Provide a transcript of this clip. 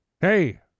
Hey